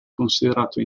considerato